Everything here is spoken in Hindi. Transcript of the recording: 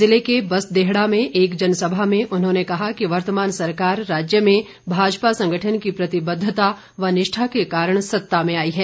जिले के बसदेहड़ा में एक जनसभा में उन्होंने कहा कि वर्तमान सरकार राज्य में भाजपा संगठन की प्रतिबद्धता व निष्ठा के कारण सत्ता में आई है